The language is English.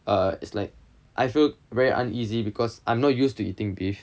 uh it's like I feel very uneasy because I'm not used to eating beef